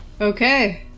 Okay